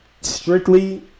strictly